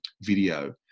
video